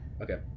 okay